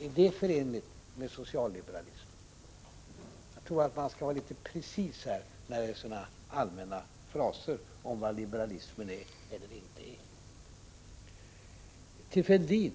Är det förenligt med socialliberalismen? Jag tycker att man skall vara litet precis här, när det förekommer så allmänna fraser om vad liberalismen är och inte är. Thorbjörn Fälldin